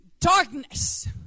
darkness